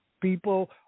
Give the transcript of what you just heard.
People